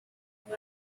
you